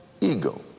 ego